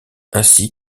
ainsi